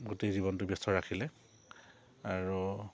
গোটেই জীৱনটো ব্যস্ত ৰাখিলে আৰু